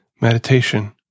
meditation